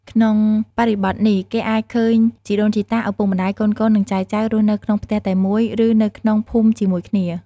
ក្នុងបរិបទនេះ គេអាចឃើញជីដូនជីតា ឪពុកម្ដាយ កូនៗ និងចៅៗ រស់នៅក្នុងផ្ទះតែមួយ ឬនៅក្នុងភូមិជាមួយគ្នា។